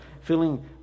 feeling